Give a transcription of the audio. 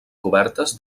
cobertes